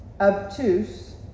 obtuse